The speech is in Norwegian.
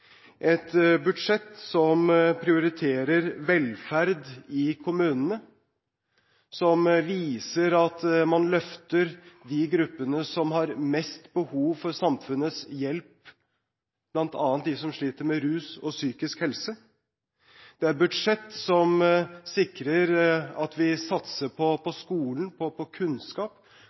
et budsjett som prioriterer velferd i kommunene, som viser at man løfter de gruppene som har mest behov for samfunnets hjelp, bl.a. dem som sliter med rus og psykisk helse. Det er et budsjett som sikrer at vi satser på skolen, på kunnskap – kanskje noe av det aller viktigste vi kan satse på